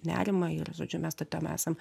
nerimą ir žodžiu mes tą temą esam